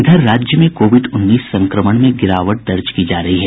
इधर राज्य में कोविड उन्नीस संक्रमण में गिरावट दर्ज की जा रही है